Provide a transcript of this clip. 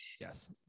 Yes